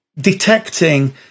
detecting